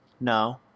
No